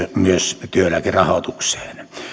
myös työeläkerahoitukseen